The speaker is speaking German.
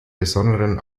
besonderes